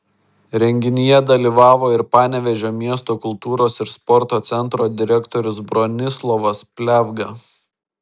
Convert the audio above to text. renginyje dalyvavo ir panevėžio miesto kultūros ir sporto centro direktorius bronislovas pliavga